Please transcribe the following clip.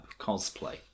cosplay